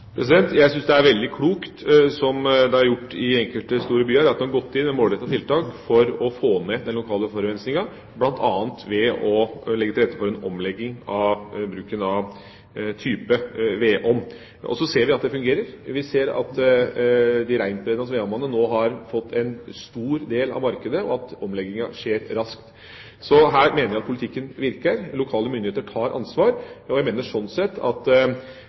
Jeg synes det er veldig klokt, det som er gjort i enkelte store byer, at man har gått inn med målrettede tiltak for å få ned den lokale forurensninga, bl.a. ved å legge til rette for en omlegging av bruken av type vedovn. Vi ser at det fungerer, vi ser at de rentbrennende vedovnene har fått en stor del av markedet og at omlegginga skjer raskt. Her mener jeg politikken virker, lokale myndigheter tar ansvar. Jeg mener at også Fremskrittspartiet bør se poenget med at